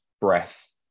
breath